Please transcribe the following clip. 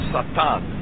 Satan